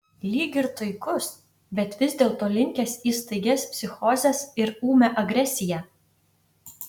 lyg ir taikus bet vis dėlto linkęs į staigias psichozes ir ūmią agresiją